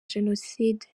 jenoside